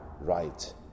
right